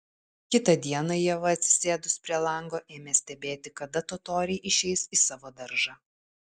kitą dieną ieva atsisėdus prie lango ėmė stebėti kada totoriai išeis į savo daržą